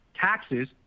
taxes